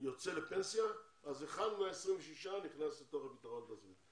יוצא לפנסיה אז אחד מה-26 נכנס לתוך הביטחון הזה.